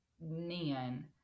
nan